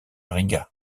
riga